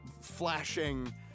flashing